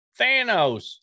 Thanos